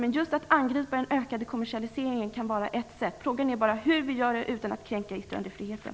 Men att angripa den ökade kommersialiseringen kan vara ett sätt. Frågan är hur vi gör det utan att kränka yttrandefriheten.